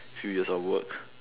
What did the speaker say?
few years of work